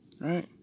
right